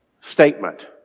statement